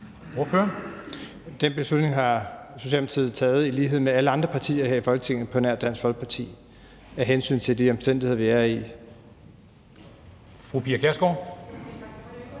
Den beslutning har Socialdemokratiet taget i lighed med alle andre partier her i Folketinget på nær Dansk Folkeparti af hensyn til de omstændigheder, vi er i.